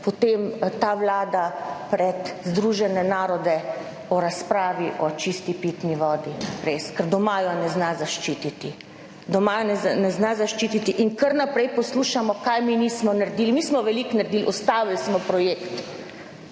potem ta Vlada pred Združene narode o razpravi o čisti pitni vodi, res, ker doma jo ne zna zaščititi, doma je ne zna zaščititi. In kar naprej poslušamo kaj mi nismo naredili. Mi smo veliko naredili - ustavili smo projekt